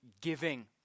giving